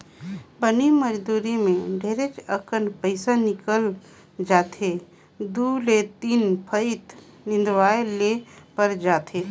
बनी मजदुरी मे ढेरेच अकन पइसा निकल जाथे दु ले तीन फंइत निंदवाये ले पर जाथे